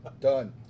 Done